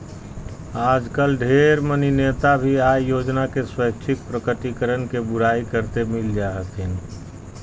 आजकल ढेर मनी नेता भी आय योजना के स्वैच्छिक प्रकटीकरण के बुराई करते मिल जा हथिन